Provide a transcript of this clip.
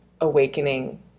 awakening